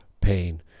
pain